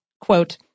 quote